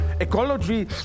ecology